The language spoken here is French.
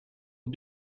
aux